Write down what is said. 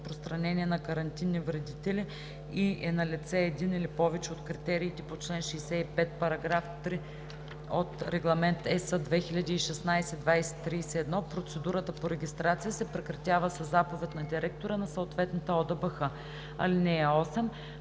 разпространение на карантинни вредители и е налице един или повече от критериите по чл. 65, параграф 3 от Регламент (ЕС) 2016/2031, процедурата по регистрация се прекратява със заповед на директора на съответната ОДБХ. (8)